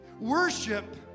worship